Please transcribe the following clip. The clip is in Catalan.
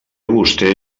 vostè